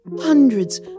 hundreds